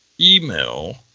email